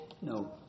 No